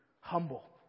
humble